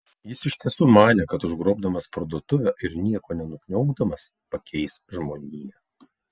jis iš tiesų manė kad užgrobdamas parduotuvę ir nieko nenukniaukdamas pakeis žmoniją